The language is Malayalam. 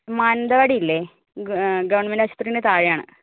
മാനന്ദവാടി ഇല്ലേ ഗവൺമെൻ് ആശുപത്രിയിന് താഴെ ആണ്